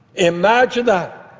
imagine that.